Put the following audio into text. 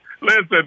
Listen